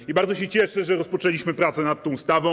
I bardzo się cieszę, że rozpoczęliśmy prace nad tą ustawą.